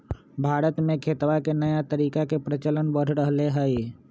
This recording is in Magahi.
भारत में खेतवा के नया तरीका के प्रचलन बढ़ रहले है